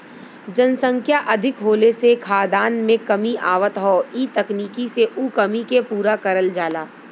जनसंख्या अधिक होले से खाद्यान में कमी आवत हौ इ तकनीकी से उ कमी के पूरा करल जाला